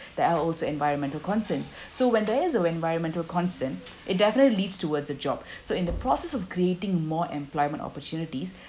there are also environmental concerns so when there is an environmental concern it definitely leads towards a job so in the process of creating more employment opportunities